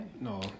No